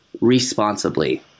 responsibly